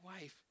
wife